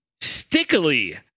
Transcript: stickily